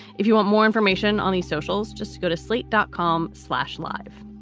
if you want more information on a sociales, just go to slate dot com slash live.